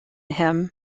him